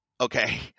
Okay